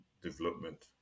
development